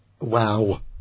Wow